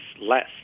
less